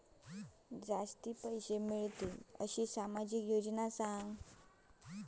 जास्ती पैशे मिळतील असो सामाजिक योजना सांगा?